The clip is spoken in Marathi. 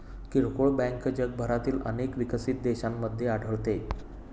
किरकोळ बँक जगभरातील अनेक विकसित देशांमध्ये आढळते